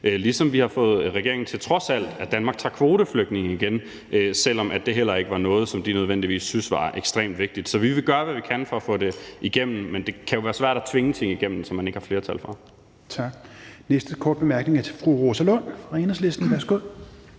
ligesom vi har fået regeringen til, at Danmark trods alt igen tager kvoteflygtninge, selv om det heller ikke var noget, som de nødvendigvis syntes var ekstremt vigtigt. Så vi vil gøre, hvad vi kan for at få det igennem, men det kan jo være svært at tvinge ting igennem, som man ikke har flertal for.